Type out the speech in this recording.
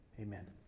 amen